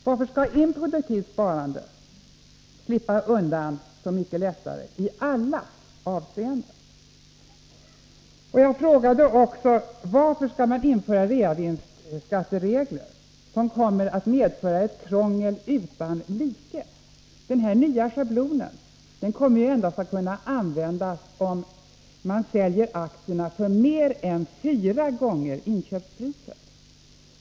Varför skall improduktivt sparande slippa undan så mycket lättare i alla avseenden? Jag frågade också: Varför skall vi införa reavinstskatteregler som kommer att medföra ett krångel utan like? Den nya schablonen kommer att kunna användas endast om man säljer aktier för mer än fyra gånger inköpspriset.